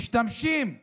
משתמשים לרוב,